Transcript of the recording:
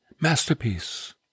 masterpiece